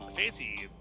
fancy